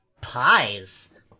pies